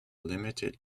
limited